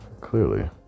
clearly